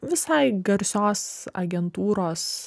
visai garsios agentūros